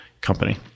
company